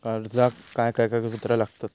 कर्जाक काय काय कागदपत्रा लागतत?